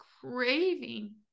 craving